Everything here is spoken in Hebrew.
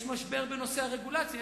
יש משבר בנושא הרגולציה.